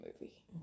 movie